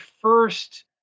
first